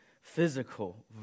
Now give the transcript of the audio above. physical